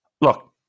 Look